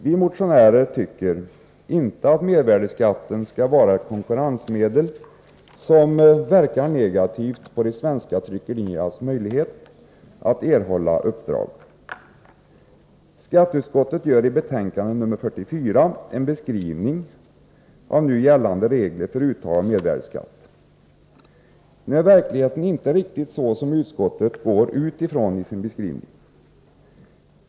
Vi motionärer tycker inte att mervärdeskatten skall vara ett konkurrensmedel som verkar negativt på de svenska tryckeriernas möjlighet att erhålla uppdrag. Skatteutskottet gör i betänkande nr 44 en beskrivning av nu gällande regler för uttag av mervärdeskatt. Verkligheten är emellertid inte riktigt så som utskottet utgår ifrån i sin beskrivning.